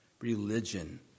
religion